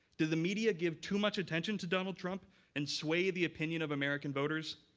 did the media give too much attention to donald trump and sway the opinion of american voters,